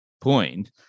point